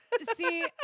See